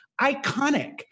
iconic